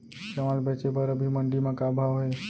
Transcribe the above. चांवल बेचे बर अभी मंडी म का भाव हे?